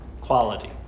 quality